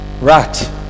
Right